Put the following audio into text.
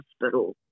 hospital